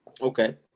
Okay